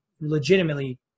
legitimately